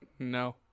No